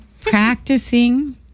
practicing